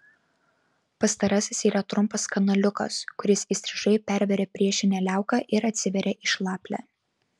pastarasis yra trumpas kanaliukas kuris įstrižai perveria priešinę liauką ir atsiveria į šlaplę